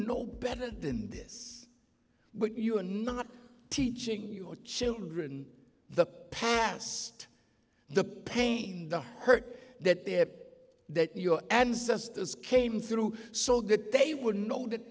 know better than this but you are not teaching your children the past the pain the hurt that their that your ancestors came through so that they were known that